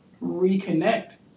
reconnect